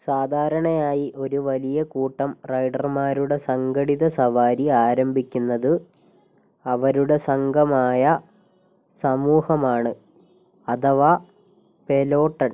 സാധാരണയായി ഒരു വലിയ കൂട്ടം റൈഡർമാരുടെ സംഘടിത സവാരി ആരംഭിക്കുന്നതു അവരുടെ സംഘമായ സമൂഹമാണ് അഥവാ പെലോട്ടൺ